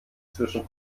zwischen